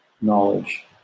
knowledge